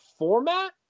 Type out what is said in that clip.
format